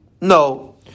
No